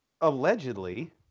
Allegedly